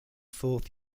fourth